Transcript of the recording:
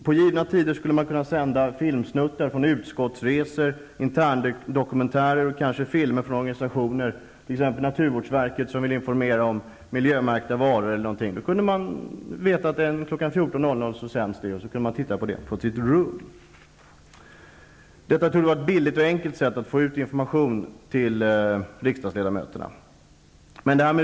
På givna tider skulle filmsnuttar kunna sändas från utskottsresor, interndokumentärer och filmer från organisationer, t.ex. naturvårdsverket som vill informera om miljömärkta varor. T.ex. kl. 14.00 kunde sådana filmer visas, och så kan var och en titta på sitt rum. Det skulle vara ett billigt och enkelt sätt att få ut information till riksdagsledamöterna.